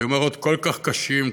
היו מראות כל כך קשים,